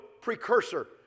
precursor